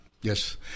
Yes